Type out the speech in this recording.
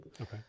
Okay